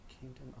Kingdom